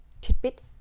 tidbit